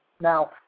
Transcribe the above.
Now